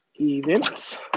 Events